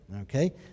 okay